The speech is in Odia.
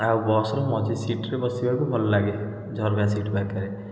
ଆଉ ବସ୍ରେ ମଝି ସିଟ୍ରେ ବସିବାକୁ ଭଲ ଲାଗେ ଝରକା ସିଟ୍ ପାଖରେ